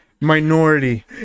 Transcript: Minority